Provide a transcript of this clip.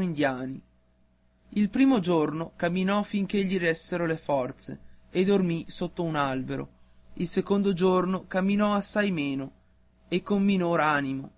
indiani il primo giorno camminò fin che gli ressero le forze e dormì sotto un albero il secondo giorno camminò assai meno e con minor animo